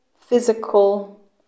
physical